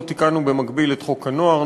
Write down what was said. לא תיקנו במקביל את החוק הנוער,